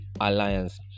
alliance